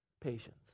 patience